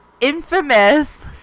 infamous